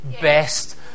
best